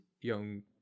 young